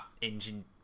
engine